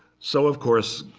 so of course,